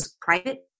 private